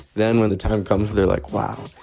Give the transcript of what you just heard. then, when the time comes, they're like, wow,